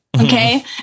Okay